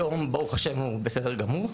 היום ברוך ה' הוא בסדר גמור,